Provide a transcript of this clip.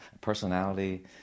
personality